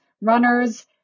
runners